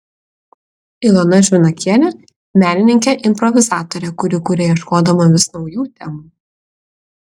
ilona žvinakienė menininkė improvizatorė kuri kuria ieškodama vis naujų temų